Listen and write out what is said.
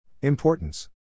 Importance